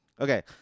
Okay